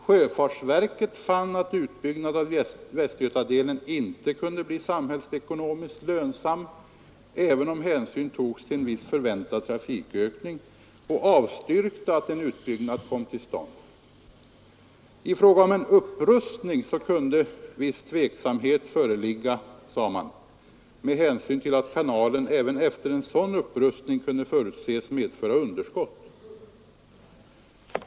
Sjöfartsverket fann att en utbyggnad av västgötadelen inte kunde bli samhällsekonomiskt lönsam, även om hänsyn togs till en viss förväntad trafikökning, och avstyrkte en utbyggnad. I fråga om en upprustning kunde viss tveksamhet föreligga, sade man, med hänsyn till att kanalen även efter en sådan upprustning kunde förutses medföra underskott.